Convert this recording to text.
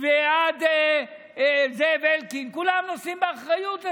ועד זאב אלקין, כולם נושאים באחריות הזאת.